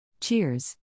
Cheers